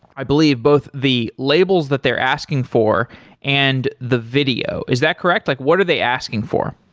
i believe, both the labels that they're asking for and the video. is that correct? like what are they asking for?